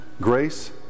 grace